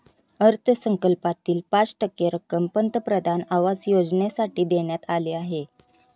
अर्थसंकल्पातील पाच टक्के रक्कम पंतप्रधान आवास योजनेसाठी देण्यात आली आहे